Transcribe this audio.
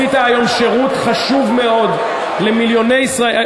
שירות חשוב מאוד למיליוני ישראלים.